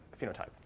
phenotype